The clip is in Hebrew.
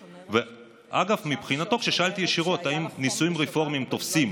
אגב, כששאלתי ישירות אם נישואים רפורמיים תופסים